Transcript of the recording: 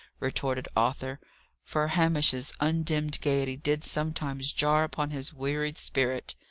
retorted arthur for hamish's undimmed gaiety did sometimes jar upon his wearied spirit.